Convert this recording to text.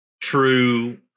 true